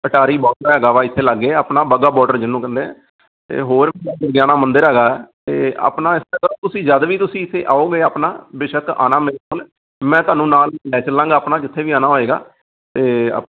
Attari border ਹੈਗਾ ਵਾ ਇੱਥੇ ਲਾਗੇ ਆਪਣਾ ਵਾਹਗਾ ਬੋਡਰ ਜਿਹਨੂੰ ਕਹਿੰਦੇ ਆ ਅਤੇ ਹੋਰ ਦੁਰਗਿਆਣਾ ਮੰਦਿਰ ਹੈਗਾ ਹੈ ਅਤੇ ਆਪਣਾ ਇੱਦਾਂ ਕਰੋ ਤੁਸੀਂ ਜਦੋਂ ਵੀ ਤੁਸੀਂ ਇੱਥੇ ਆਓਗੇ ਆਪਣਾ ਬੇਸ਼ੱਕ ਆਉਣਾ ਮੇਰੇ ਕੋਲ ਮੈਂ ਤੁਹਾਨੂੰ ਨਾਲ ਲੈ ਚੱਲਾਂਗਾ ਆਪਣਾ ਜਿੱਥੇ ਵੀ ਜਾਣਾ ਹੋਏਗਾ ਅਤੇ